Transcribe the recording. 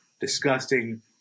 disgusting